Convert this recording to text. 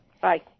Bye